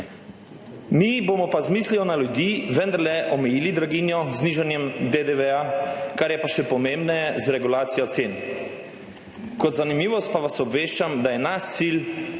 pa bomo z mislijo na ljudi vendarle omejili draginjo, z znižanjem DDV, kar je pa še pomembneje, z regulacijo cen. Kot zanimivost pa vas obveščam, da je naš cilj